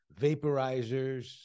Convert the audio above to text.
vaporizers